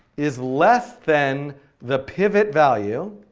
is less than the pivotvalue.